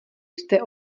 jste